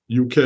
UK